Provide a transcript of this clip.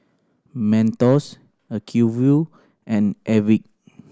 Mentos Acuvue and Airwick